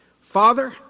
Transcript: Father